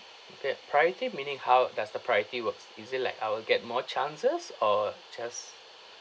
okay priority meaning how does the priority works is it like I will get more chances or just